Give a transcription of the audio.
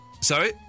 Sorry